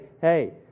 hey